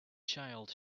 child